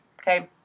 okay